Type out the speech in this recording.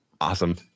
Awesome